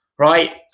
Right